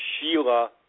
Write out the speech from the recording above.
Sheila